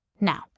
Now